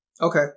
Okay